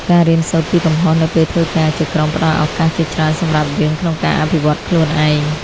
ការរៀនសូត្រពីកំហុសនៅពេលធ្វើការជាក្រុមផ្តល់ឱកាសជាច្រើនសម្រាប់យើងក្នុងការអភិវឌ្ឍខ្លួនឯង។